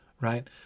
right